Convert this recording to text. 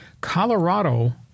Colorado